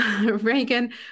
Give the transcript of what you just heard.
reagan